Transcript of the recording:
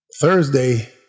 Thursday